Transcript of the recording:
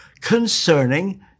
concerning